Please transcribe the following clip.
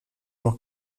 noch